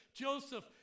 Joseph